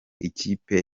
ikipe